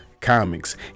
comics